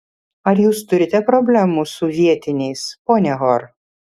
ar jūs turite problemų su vietiniais ponia hor